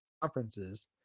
conferences